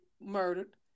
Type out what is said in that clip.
murdered